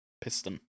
piston